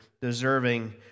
deserving